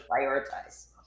prioritize